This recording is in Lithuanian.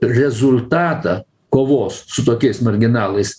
rezultatą kovos su tokiais marginalais